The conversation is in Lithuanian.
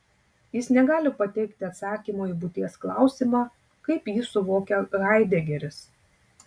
jis negali pateikti atsakymo į būties klausimą kaip jį suvokia haidegeris